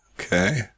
Okay